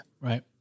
right